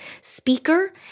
speaker